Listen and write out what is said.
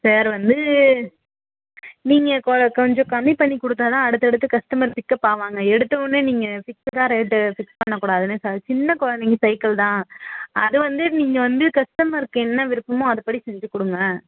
sir வந்து நீங்கள் கொ கொஞ்சம் கம்மி பண்ணி கொடுத்தாதான் அடுத்தடுத்து கஸ்டமர் பிக்கப் ஆவாங்க எடுத்தவொடனே நீங்கள் ஃபிக்ஸடாக ரேட்டு ஃபிக்ஸ் பண்ணக்கூடாதில்ல சார் சின்ன குழந்தைங்க சைக்கிள் தான் அது வந்து நீங்கள் வந்து கஸ்டமருக்கு என்ன விருப்பமோ அதுப்படி செஞ்சுக் கொடுங்க